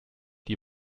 die